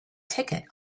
ticket